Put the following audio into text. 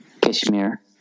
Kashmir